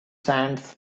sands